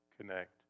connect